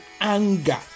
anger